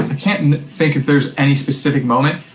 i can't think if there's any specific moment.